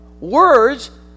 words